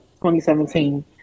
2017